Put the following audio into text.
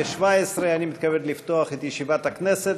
אני מתכבד לפתוח את ישיבת הכנסת.